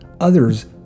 Others